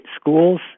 schools